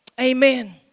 Amen